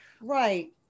right